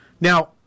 Now